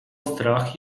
strach